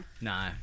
No